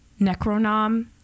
Necronom